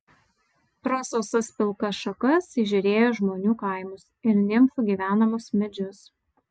pro sausas pilkas šakas įžiūrėjo žmonių kaimus ir nimfų gyvenamus medžius